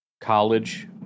college